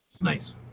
Nice